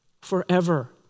forever